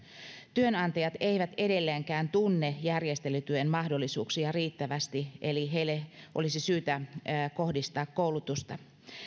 työnantajat eivät edelleenkään tunne järjestelytuen mahdollisuuksia riittävästi eli heille olisi syytä kohdistaa koulutusta